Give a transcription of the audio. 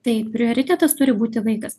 taip prioritetas turi būti vaikas